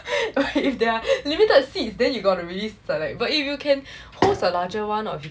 if there are limited seats then you've gotta really select but if you can host a larger one or